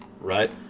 right